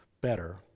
better